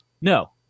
no